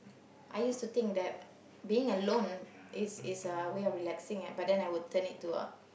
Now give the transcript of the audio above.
I used to think that being alone is is a way of relaxing but then I will turn it to a